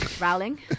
Rowling